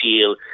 deal